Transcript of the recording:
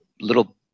little